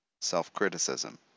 self-criticism